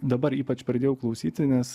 dabar ypač pradėjau klausyti nes